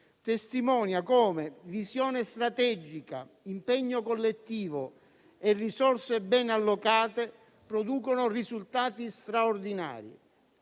testimonia come visione strategica, impegno collettivo e risorse bene allocate producano risultati straordinari.